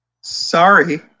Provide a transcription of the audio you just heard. Sorry